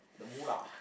the moolah